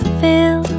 fill